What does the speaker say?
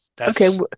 Okay